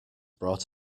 brought